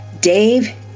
Dave